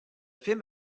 film